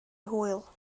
hwyl